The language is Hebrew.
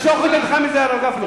משוך את ידך מזה, הרב גפני.